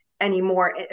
anymore